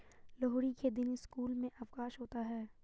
लोहड़ी के दिन स्कूल में अवकाश होता है